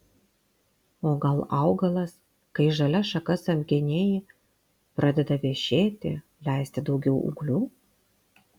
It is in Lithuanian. o gal augalas kai žalias šakas apgenėji pradeda vešėti leisti daugiau ūglių